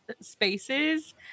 spaces